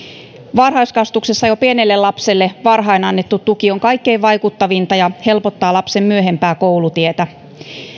varhaiskasvatuksessa jo pienelle lapselle varhain annettu tuki on kaikkein vaikuttavinta ja helpottaa lapsen myöhempää koulutietä